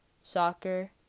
soccer